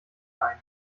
ein